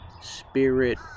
spirit